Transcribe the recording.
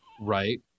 Right